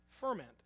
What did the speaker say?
ferment